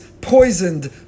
poisoned